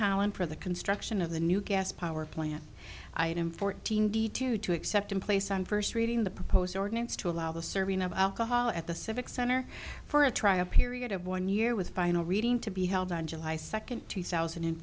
holland for the construction of the new gas power plant in fourteen d to two except in place on first reading the proposed ordinance to allow the serving of alcohol at the civic center for a trial period of one year with final reading to be held on july second two thousand and